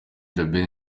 djabel